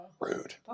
Rude